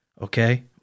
okay